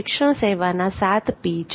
શિક્ષણસેવાના 7 P છે